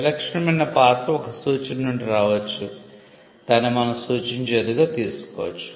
విలక్షణమైన పాత్ర ఒక సూచన నుండి రావచ్చు దానిని మనం సూచించేదిగా తీసుకోవచ్చు